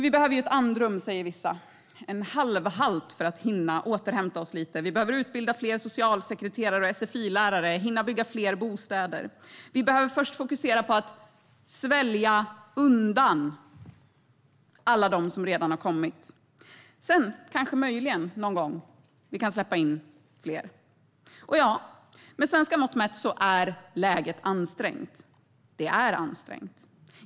Vi behöver ett andrum säger vissa, en halvhalt för att hinna återhämta oss lite. Vi behöver utbilda fler socialsekreterare och sfi-lärare och hinna bygga fler bostäder. Vi behöver först fokusera på att svälja undan alla dem som redan har kommit. Sedan kanske vi möjligen, någon gång, kan släppa in fler. Ja, med svenska mått mätt är läget ansträngt.